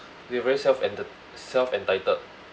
they very self enter~ self entitled